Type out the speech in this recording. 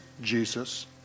Jesus